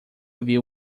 viu